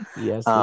Yes